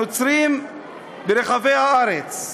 הנוצרים ברחבי הארץ,